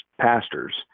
pastors